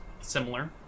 similar